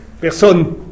Personne